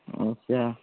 अच्छा